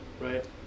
right